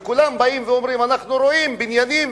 וכולם באים ואומרים: אנחנו רואים בניינים,